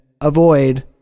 avoid